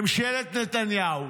ממשלת נתניהו